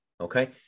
Okay